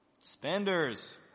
Spenders